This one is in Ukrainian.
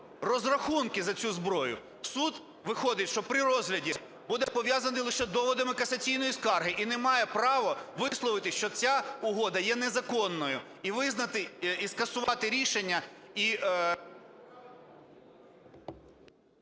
розрахунки за цю зброю. Суд, виходить, що при розгляді буде пов'язаний лише доводами касаційної скарги і не має права висловитися, що ця угода є незаконною, і скасувати рішення,